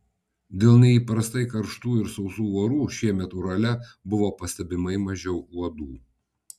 dėl neįprastai karštų ir sausų orų šiemet urale buvo pastebimai mažiau uodų